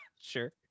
Sure